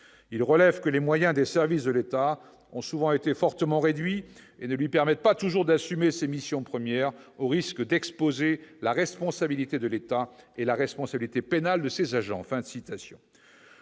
Il relève que les moyens des services de l'État ont souvent été fortement réduits et ne lui permettent pas toujours d'assumer ses missions premières, au risque d'exposer la responsabilité de l'État et la responsabilité pénale de ses agents. »